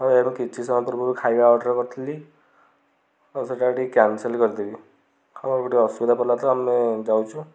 ହଁ ଏବେ କିଛି ସମୟ ପୂର୍ବରୁ ଖାଇବା ଅର୍ଡ଼ର କରିଥିଲି ଆଉ ସେଇଟା ଟିକେ କ୍ୟାନସଲ୍ କରିଦେବି ଆଉ ଗୋଟେ ଅସୁବିଧା ପଡ଼ିଲା ତ ଆମେ ଯାଉଛୁ